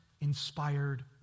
inspired